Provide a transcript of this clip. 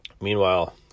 Meanwhile